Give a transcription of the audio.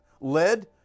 led